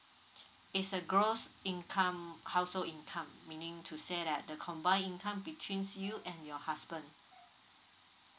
is uh gross income household income meaning to say that the combine income between you and your husband